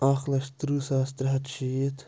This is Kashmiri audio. اَکھ لَچھ تٕرٛہ ساس ترٛےٚ ہَتھ شیٖتھ